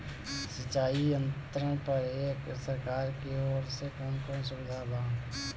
सिंचाई यंत्रन पर एक सरकार की ओर से कवन कवन सुविधा बा?